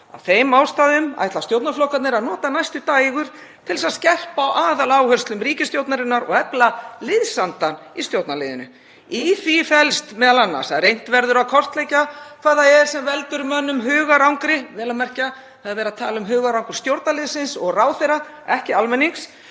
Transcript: „Af þeim ástæðum ætla stjórnarflokkarnir að nota næstu dægur til þess að skerpa á aðaláherslum ríkisstjórnarinnar og efla liðsandann í stjórnarliðinu. Í því felst m.a. að reynt verður að kortleggja hvað það er sem veldur mönnum mestu hugarangri“ — vel að merkja, það er verið að tala um hugarangur stjórnarliðsins og ráðherra, ekki almennings